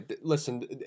listen